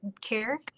care